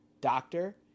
doctor